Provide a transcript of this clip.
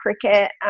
cricket